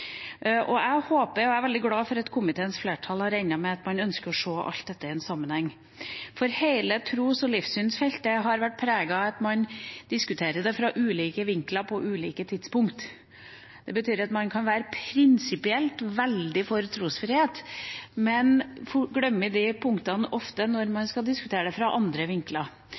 Jeg er veldig glad for at komiteens flertall har regnet med at man ønsker å se alt dette i sammenheng, for hele tros- og livssynsfeltet har vært preget av at man diskuterer det fra ulike vinkler og på ulike tidspunkt. Det betyr at man prinsipielt kan være veldig for trosfrihet, men ofte glemmer de punktene når man skal diskutere det fra andre vinkler.